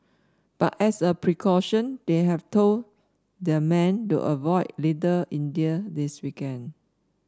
but as a precaution they have told their men to avoid Little India this weekend